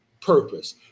purpose